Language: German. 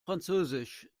französisch